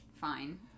fine